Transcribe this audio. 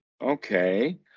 Okay